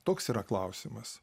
toks yra klausimas